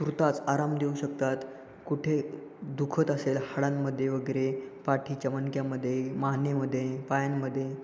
तुर्तास आराम देऊ शकतात कुठे दुखत असेल हाडांमध्ये वगैरे पाठीच्या मणक्यामध्ये मानेमध्ये पायांमध्ये